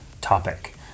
topic